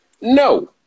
No